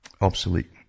Obsolete